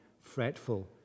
fretful